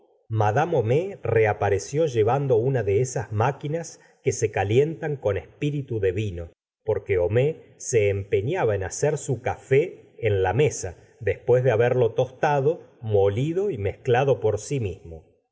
r eapareció llevando una de esas máquinas que se calientan con espíritu de vino porque homais se empeñaba en hacer su café en gustavo flaubert la mesa después de haberlo tostado molido y mezclado por si mismo